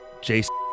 Jason